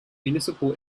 municipal